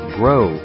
grow